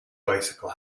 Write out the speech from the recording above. bicycle